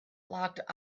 locked